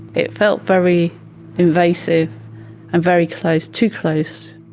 it felt very invasive and very close, too close.